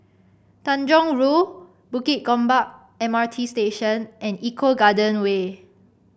Tanjong Rhu Bukit Gombak M R T Station and Eco Garden Way